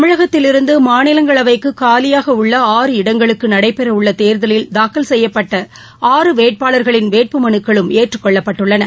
தமிழகத்திலிருந்து மாநிலங்களவைக்கு காலியாக உள்ள நடைபெறவுள்ள தேர்தலில் தாக்கல் செய்யப்பட்ட ஆறு வேட்பாளர்களின் வேட்புமனுக்களும் ஏற்றுக் கொள்ளப்பட்டுள்ளன